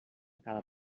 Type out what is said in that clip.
cada